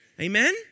Amen